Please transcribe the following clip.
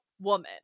woman